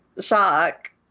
shock